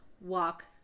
walk